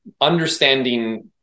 understanding